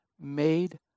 made